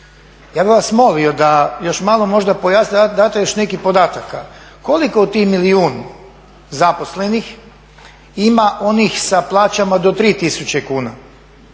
Ja bih vas molio da još malo možda pojasnite, date još nekih podataka. Koliko od tih milijun zaposlenih ima onih sa plaćama do 3000 kuna?